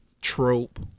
trope